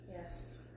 yes